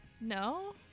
No